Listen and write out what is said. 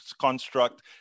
construct